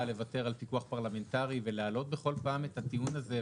לוותר על פיקוח פרלמנטרי ולהעלות בכל פעם את הטיעון הזה,